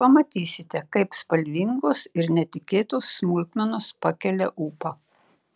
pamatysite kaip spalvingos ir netikėtos smulkmenos pakelia ūpą